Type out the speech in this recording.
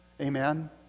Amen